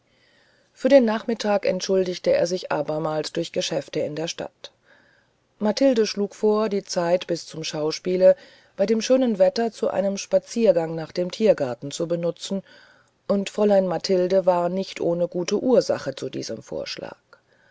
für den nachmittag entschuldigte er sich abermals durch geschäfte in der stadt mathilde schlug vor die zeit bis zum schauspiele bei dem schönen wetter zu einem spaziergang nach dem tiergarten zu benutzen und fräulein mathilde war nicht ohne gute ursachen zu diesem vorschlage